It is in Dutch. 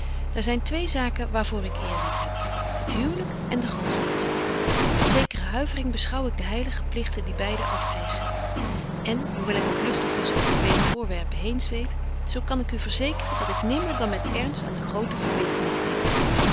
daar zyn twee zaken waar voor ik eerbied heb het huwlyk en den godsdienst met zekere huivering beschouw ik de heilige pligten die beide afeisschen en hoewel ik ook lugtigjes over vele voorwerpen heen zweef zo kan ik u verzekeren dat ik nimmer dan met ernst aan de grote verbintenis denk